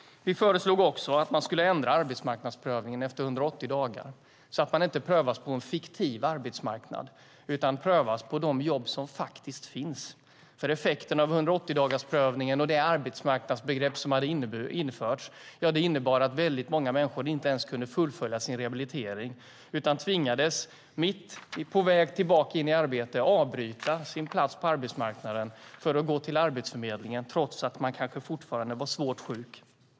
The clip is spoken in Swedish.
Vi föreslog också att man skulle ändra arbetsmarknadsprövningen efter 180 dagar så att människor inte prövas mot en fiktiv arbetsmarknad utan prövas mot de jobb som faktiskt finns. Effekten av 180-dagarsprövningen och det arbetsmarknadsbegrepp som hade införts innebar att väldigt många människor inte ens kunde fullfölja sin rehabilitering utan tvingades, på väg tillbaka in i arbete, avsäga sig sin plats på arbetsmarknaden för att gå till Arbetsförmedlingen, trots att man kanske fortfarande var svårt sjuk.